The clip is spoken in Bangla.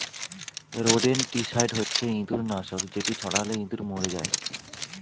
রোডেনটিসাইড হচ্ছে ইঁদুর নাশক যেটি ছড়ালে ইঁদুর মরে যায়